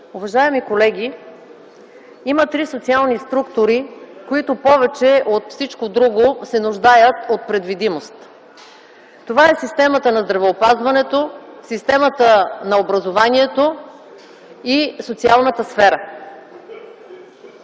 Уважаеми колеги, има три социални структури, които повече от всичко друго се нуждаят от предвидимост. Това са: системата на здравеопазването, системата на образованието и социалната сфера.